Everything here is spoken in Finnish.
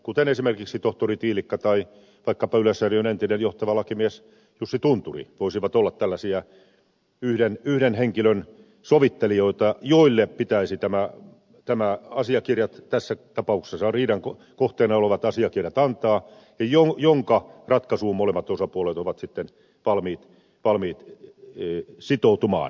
kuten esimerkiksi tohtori tiilikka tai vaikkapa yleisradion entinen johtava lakimies jussi tunturi voisivat olla tällaisia yhden henkilön sovittelijoita joille pitäisi nämä asiakirjat tässä tapauksessa riidan kohteena olevat asiakirjat antaa ja joiden ratkaisuun molemmat osapuolet ovat sitten valmiit sitoutumaan